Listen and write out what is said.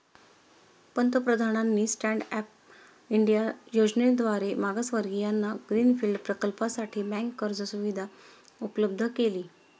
पंतप्रधानांनी stand up India योजनेद्वारे मागासवर्गीयांना ग्रीन फील्ड प्रकल्पासाठी बँक कर्ज सुविधा उपलब्ध केली